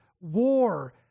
war